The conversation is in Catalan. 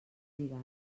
lligat